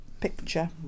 picture